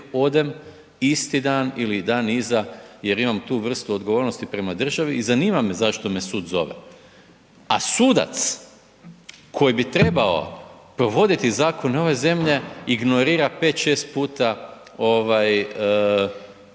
odem isti dan ili dan iza jer imam tu vrstu odgovornosti prema državi i zanima me zašto me sud zove, a sudac koji bi trebao provoditi zakone ove zemlje ignorira 5-6 puta